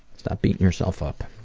stop beating yourself up.